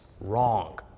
Wrong